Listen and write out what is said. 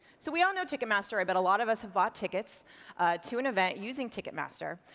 so we all know ticketmaster, i bet a lot of us have bought tickets to an event using ticketmaster.